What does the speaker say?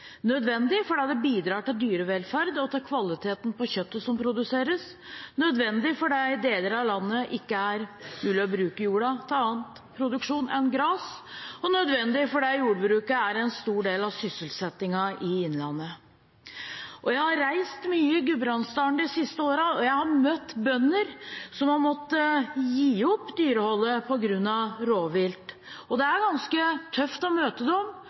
nødvendig fordi det bidrar til dyrevelferd og til kvalitet på kjøttet som produseres, nødvendig fordi det i deler av landet ikke er mulig å bruke jorda til annen produksjon enn gras, og nødvendig fordi jordbruket er en stor del av sysselsettingen i innlandet. Jeg har reist mye i Gudbrandsdalen de siste årene, og jeg har møtt bønder som har måttet gi opp dyreholdet på grunn av rovvilt. Det er ganske tøft å møte dem,